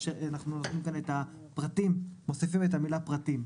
אנחנו בעצם מוסיפים כאן את המילה "פרטים"